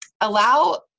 allow